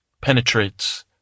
penetrates